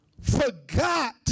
forgot